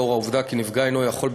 נוכח העובדה שנפגע אינו יכול,